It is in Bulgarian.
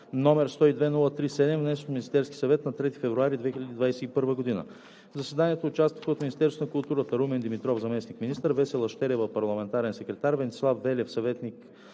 № 102-03-7, внесен от Министерския съвет на 3 февруари 2021 г. В заседанието участваха от Министерството на културата: Румен Димитров – заместник-министър, Весела Щерева – парламентарен секретар, Венцислав Велев – съветник,